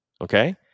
Okay